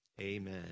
amen